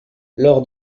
lors